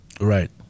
Right